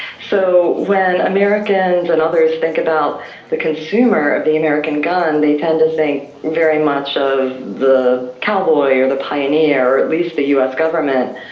so when americans and others think about the consumer of the american gun, they tend to think very much of the cowboy or the pioneer, or at least the us government.